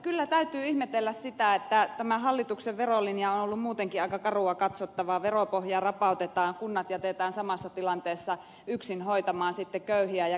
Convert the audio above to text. kyllä täytyy ihmetellä sitä että tämä hallituksen verolinja on ollut muutenkin aika karua katsottavaa veropohjaa rapautetaan kunnat jätetään samassa tilanteessa yksin hoitamaan köyhiä ja kipeitä